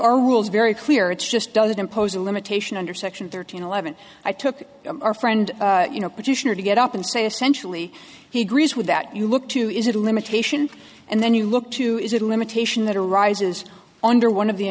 our rules very clear it's just doesn't impose a limitation under section thirteen eleven i took our friend you know petitioner to get up and say essentially he agrees with that you look to is it a limitation and then you look to is it a limitation that arises under one of the